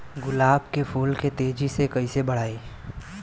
गुलाब के फूल के तेजी से कइसे बढ़ाई?